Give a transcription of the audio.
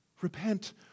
repent